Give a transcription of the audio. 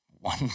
one